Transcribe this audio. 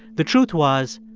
the truth was,